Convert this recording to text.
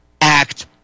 act